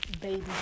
Baby